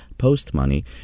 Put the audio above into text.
post-money